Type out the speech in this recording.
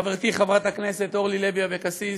חברתי חברת הכנסת אורלי לוי אבקסיס,